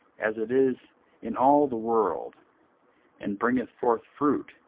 as it is in all the world and bringeth forth fruit,